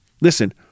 Listen